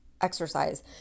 exercise